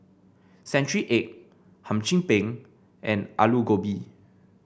Century Egg Hum Chim Peng and Aloo Gobi